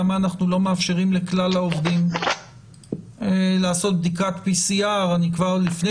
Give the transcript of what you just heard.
למה אנחנו לא מאפשרים לכלל העובדים לעשות בדיקת PCR. לפני